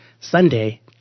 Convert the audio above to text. Sunday